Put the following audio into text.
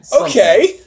Okay